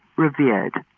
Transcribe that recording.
revered.